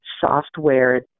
software